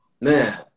Man